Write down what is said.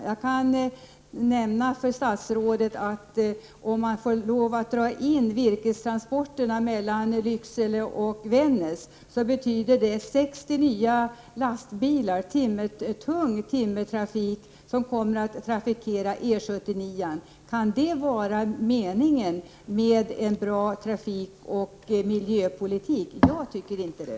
Jag kan nämna för statsrådet att om man tvingas dra in virkestransporterna mellan Lycksele och Vännäs betyder det att 60 nya lastbilar i tung timmertrafik kommer att trafikera E 79. Kan det vara en bra trafikoch miljöpolitik? Jag tycker inte det.